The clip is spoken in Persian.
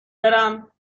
برم